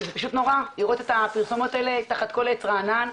וזה פשוט נורא לראות את הפרסומות האלה תחת כל עץ רענן.